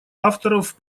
авторов